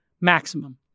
maximum